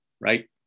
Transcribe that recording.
right